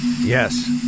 Yes